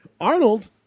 Arnold